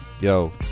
Yo